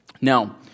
Now